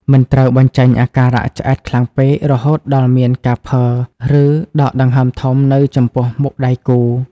មិនត្រូវបញ្ចេញអាការៈឆ្អែតខ្លាំងពេក រហូតដល់មានការភើ ឬដកដង្ហើមធំនៅចំពោះមុខដៃគូ។